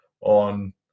on